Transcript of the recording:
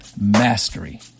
Mastery